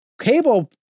Cable